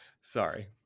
Sorry